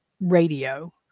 radio